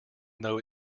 though